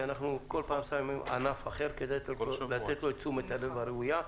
שאנחנו כל פעם נותנים לענף אחר את תשומת הלב הראויה.